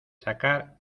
sacar